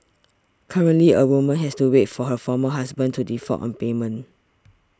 currently a woman has to wait for her former husband to default on payments